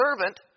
servant